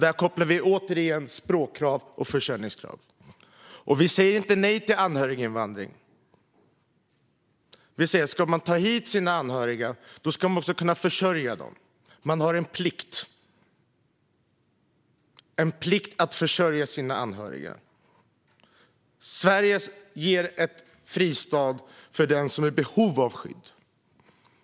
Där kopplar vi återigen till språkkrav och försörjningskrav. Vi säger inte nej till anhöriginvandring. Ska man ta hit sina anhöriga ska man också kunna försörja dem. Man har en plikt att försörja sina anhöriga. Sverige ger en fristad för den som är i behov av skydd.